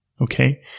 okay